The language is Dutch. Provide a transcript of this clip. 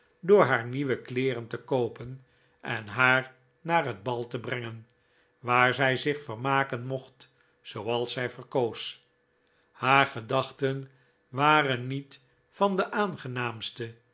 door haar nieuwe kleeren te koopen en haar naar het bal te brengen waar zij zich vermaken mocht zooals zij verkoos haar gedachten waren niet van de aangenaamste